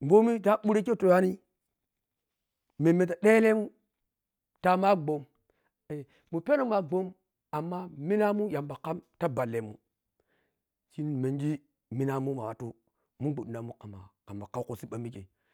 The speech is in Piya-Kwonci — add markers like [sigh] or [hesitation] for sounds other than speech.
bomi to bhurekhe ta yuwani memmu ta dhelemun ta muwa [hesitation] gbwom minpenno muwa gbwom amma minamun yamba kham ta ballemun shine nhi mengi minamun ma wati mung bwadhi munna khamma khaukhu siɓɓa mikhe